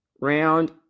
round